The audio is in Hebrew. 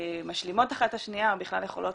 משלימות אחת את השנייה או בכלל יכולות